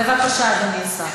בבקשה, אדוני השר.